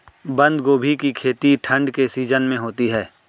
बंद गोभी की खेती ठंड के सीजन में होती है